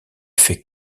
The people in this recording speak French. fait